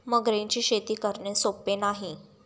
मगरींची शेती करणे सोपे नाही